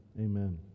Amen